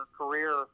career